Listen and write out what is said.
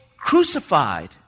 crucified